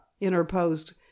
interposed